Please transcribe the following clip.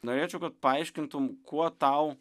norėčiau kad paaiškintum kuo tau